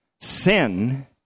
Sin